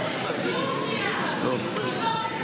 שום קריאה.